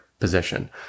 position